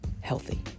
healthy